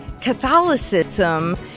Catholicism